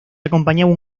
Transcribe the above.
acompañaba